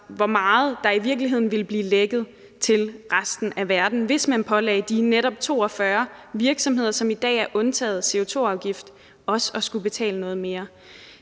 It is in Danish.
hvor meget der i virkeligheden vil blive lækket til resten af verden, hvis man netop pålagde de 42 virksomheder, som i dag er undtaget CO2-afgift, også at skulle betale noget mere.